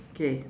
okay